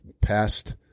past